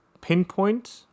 pinpoint